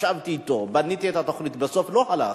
ישבתי אתו, בניתי את התוכנית, ובסוף לא הלך,